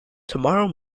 tomorrow